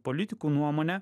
politikų nuomonę